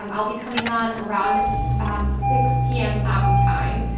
and i'll be coming on around six pm mountain time.